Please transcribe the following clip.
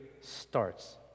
starts